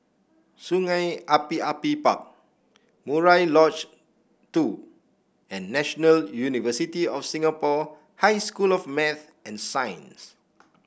Sungei Api Api Park Murai Lodge Two and National University of Singapore High School of Math and Science